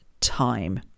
time